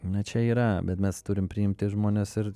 na čia yra bet mes turim priimti žmones ir